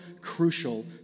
crucial